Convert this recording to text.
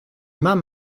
mas